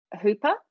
Hooper